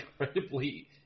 incredibly